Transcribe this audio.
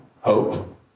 hope